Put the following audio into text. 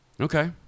okay